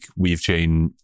WeaveChain